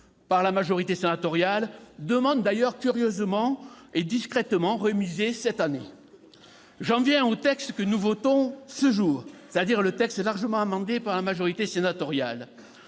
par la majorité sénatoriale, mais curieusement et discrètement remisée cette année. J'en viens au texte que nous votons ce jour, c'est-à-dire le texte largement amendé par la majorité sénatoriale.